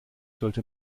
sollte